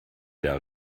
der